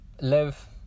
live